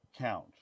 count